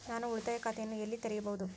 ನಾನು ಉಳಿತಾಯ ಖಾತೆಯನ್ನು ಎಲ್ಲಿ ತೆರೆಯಬಹುದು?